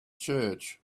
church